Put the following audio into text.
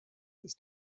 ist